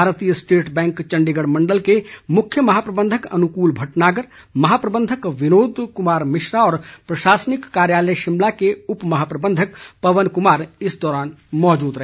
भारतीय State Bank Chandigarh मण्डल के मुख्य महाप्रबंधक अनुकूल भटनागर महाप्रबंधक बिनोद कुमार मिश्रा और प्रशासनिक कार्यालय शिमला के उप महाप्रबंधक पवन कुमार इस दौरान मौजूद रहे